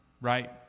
right